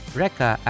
reka